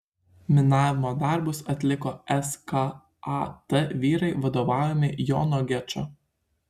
minavimo darbus atliko skat vyrai vadovaujami jono gečo